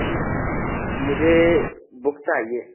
मुझे बुक चाहिए